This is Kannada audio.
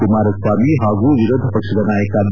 ಕುಮಾರಸ್ನಾಮಿ ಹಾಗೂ ವಿರೋಧ ಪಕ್ಷದ ನಾಯಕ ಬಿ